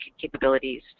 capabilities